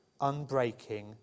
unbreaking